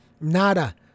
Nada